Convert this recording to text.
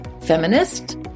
Feminist